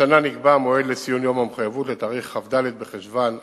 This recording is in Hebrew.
השנה נקבע המועד לציון יום המחויבות לתאריך כ"ד בחשוון התשע"א,